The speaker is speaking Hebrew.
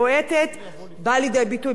בא לידי ביטוי ביחס לתקשורת.